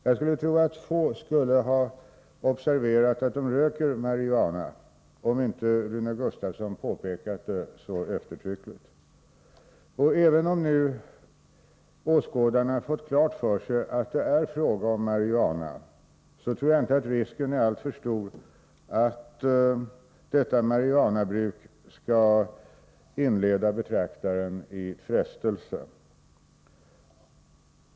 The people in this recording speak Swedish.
Jag skulle tro att få skulle ha observerat att de röker marijuana om inte Rune Gustavsson påpekat det så eftertryckligt. Och även om åskådarna har fått klart för sig att det är fråga om marijuana, tror jag inte risken är alltför stor att detta marijuanabruk skall inleda betraktaren i frestelse.